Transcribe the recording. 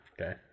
Okay